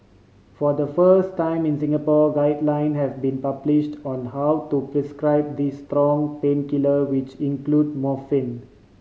for the first time in Singapore guideline have been published on how to prescribe these strong painkiller which include morphine